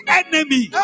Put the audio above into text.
enemy